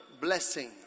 blessing